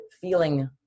feeling